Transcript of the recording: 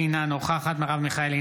אינה נוכחת מרב מיכאלי,